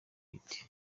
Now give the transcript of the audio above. hit